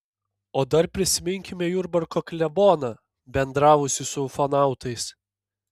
o dar prisiminkime jurbarko kleboną bendravusį su ufonautais